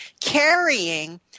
carrying